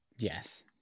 Yes